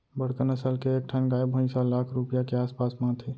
बड़का नसल के एक ठन गाय भईंस ह लाख रूपया के आस पास म आथे